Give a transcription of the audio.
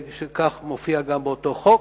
כך מופיע גם באותו חוק.